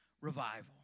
revival